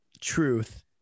Truth